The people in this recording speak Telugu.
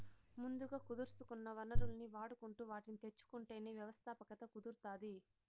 ముందుగా కుదుర్సుకున్న వనరుల్ని వాడుకుంటు వాటిని తెచ్చుకుంటేనే వ్యవస్థాపకత కుదురుతాది